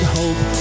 hope